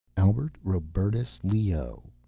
albert robertus leoh,